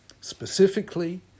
specifically